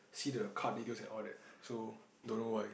see the card details and all that so don't know why